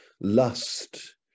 lust